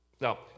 Now